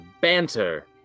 banter